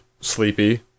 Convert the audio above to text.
Sleepy